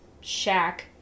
shack